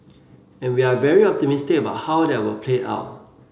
and we're very optimistic about how that will play out